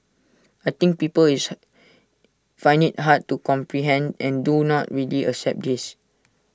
I think people is find IT hard to comprehend and do not really accept this